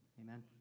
Amen